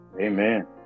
Amen